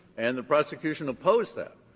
and the prosecution opposed that.